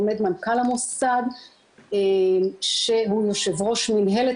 עומד מנכ"ל המשרד שהוא יו"ר מינהלת